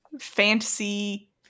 fantasy